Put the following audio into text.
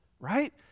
right